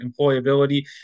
employability